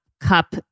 cup